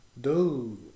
dude